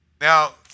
Now